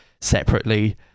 separately